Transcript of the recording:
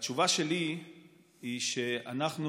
והתשובה שלי היא שאנחנו